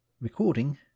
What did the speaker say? Recording